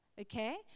Okay